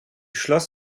schloss